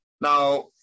Now